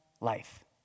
life